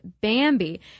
Bambi